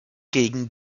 gegen